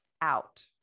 out